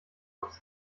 aufs